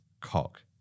cock